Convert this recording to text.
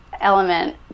element